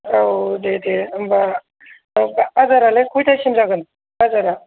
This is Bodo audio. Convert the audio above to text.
औ दे दे होनबा बाजारालाय कयथासिम जागोन बाजारा